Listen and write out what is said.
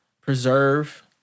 preserve